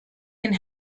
can